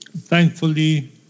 thankfully